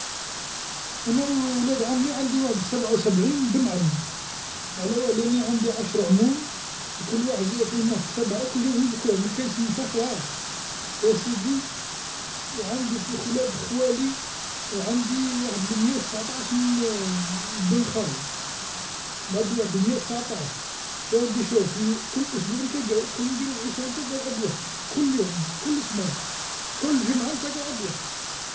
أنا و- ولاد عمي عندي واحد سبعه وسبعين بن عم، على واه لأني عندي عشر عموم، وكل واحد جاي فيه من واحد سبعه وكليهم ذكور، ما كانش النسا خلاص، يا سيدي وعندي في خ- ولاد خوالي، عندي واحد الميه وتسطاعش من بن خال، عندي واحد الميه و تسعطاش، ياودي شوف في كل أسبوع نتلاقاو كل نديرو العشا ونتلاقاو عند واحد كل يوم كل سمان كل جمعه نتلاقاو عند واحد.